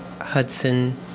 Hudson